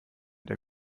der